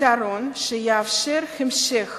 פתרון שיאפשר את המשך